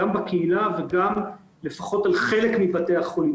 גם בקהילה וגם לפחות על חלק מבתי החולים,